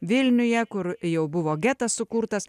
vilniuje kur jau buvo getas sukurtas